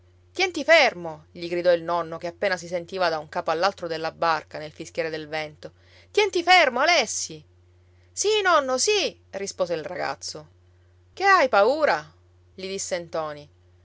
tienti fermo gli gridò il nonno che appena si sentiva da un capo all'altro della barca nel fischiare del vento tienti fermo alessi sì nonno sì rispose il ragazzo che hai paura gli disse ntoni